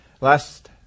last